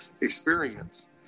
experience